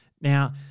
Now